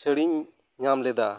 ᱪᱷᱟᱹᱲ ᱤᱧ ᱧᱟᱢ ᱞᱮᱫᱟ